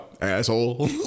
asshole